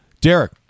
Derek